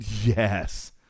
Yes